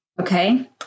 Okay